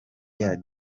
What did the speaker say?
year